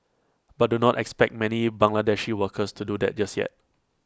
but do not expect many Bangladeshi workers to do that just yet